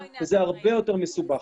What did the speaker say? וזה הרבה יותר מסובך.